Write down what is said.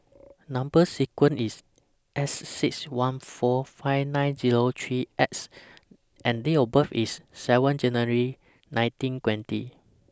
Number sequence IS S six one four five nine Zero three X and Date of birth IS seven January nineteen twenty